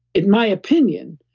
in my opinion,